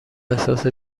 احساس